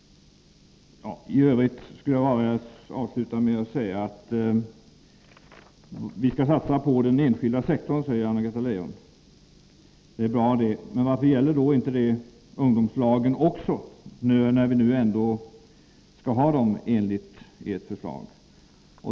Vi skall satsa på den enskilda sektorn, säger Anna-Greta Leijon. Det är bra, men varför gäller det inte ungdomslagen också, när vi nu ändå skall ha dem, enligt ert förslag?